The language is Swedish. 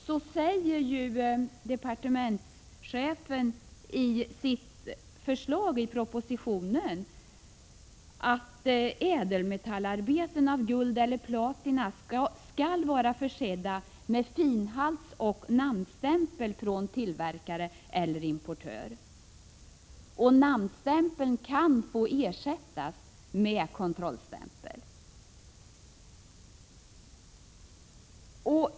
Jag vill då peka på att departementschefen framhåller i propositionen att ädelmetallarbeten av guld eller platina skall vara försedda med finhaltsoch namnstämpel från tillverkare eller importör och att namnstämpeln kan få ersättas med kontrollstämpel.